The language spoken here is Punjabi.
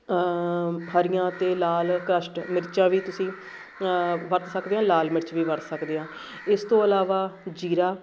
ਹਰੀਆਂ ਅਤੇ ਲਾਲ ਕਸ਼ਟ ਮਿਰਚਾਂ ਵੀ ਤੁਸੀਂ ਵਰਤ ਸਕਦੇ ਹਾਂ ਲਾਲ ਮਿਰਚ ਵੀ ਵਰਤ ਸਕਦੇ ਹਾਂ ਇਸ ਤੋਂ ਇਲਾਵਾ ਜੀਰਾ